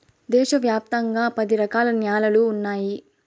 దేశ వ్యాప్తంగా పది రకాల న్యాలలు ఉన్నాయి